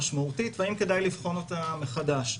משמעותית והאם כדאי לבחון אותה מחדש.